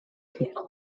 piano